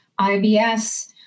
IBS